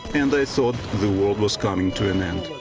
and i thought the world was coming to an end.